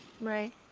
Right